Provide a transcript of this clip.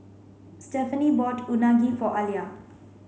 Stephaine bought Unagi for Alia